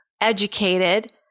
educated